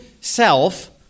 self